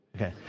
okay